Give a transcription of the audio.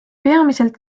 peamiselt